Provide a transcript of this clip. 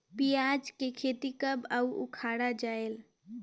पियाज के खेती कब अउ उखाड़ा जायेल?